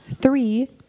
three